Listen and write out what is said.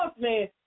man